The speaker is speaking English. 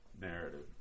narrative